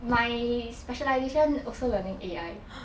my specialisation also learning A_I